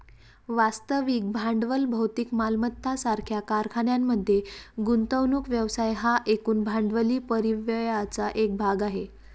वास्तविक भांडवल भौतिक मालमत्ता सारख्या कारखान्यांमध्ये गुंतवणूक व्यवसाय हा एकूण भांडवली परिव्ययाचा एक भाग आहे